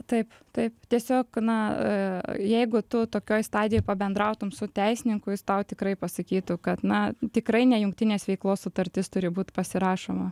taip taip tiesiog na jeigu tu tokioj stadijoj pabendrautum su teisininku jis tau tikrai pasakytų kad na tikrai ne jungtinės veiklos sutartis turi būt pasirašoma